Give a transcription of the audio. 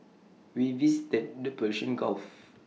we visited the Persian gulf